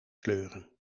kleuren